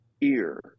ear